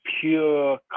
pure